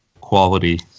quality